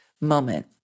moment